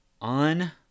on